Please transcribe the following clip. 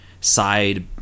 side